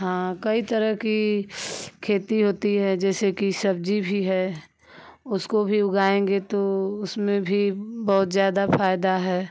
हाँ कई तरह की खेती होती है जैसे कि सब्जी भी है उसको भी उगाएंगे तो उसमें भी बहुत ज़्यादा फायदा है